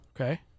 Okay